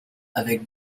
avec